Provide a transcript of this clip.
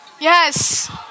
Yes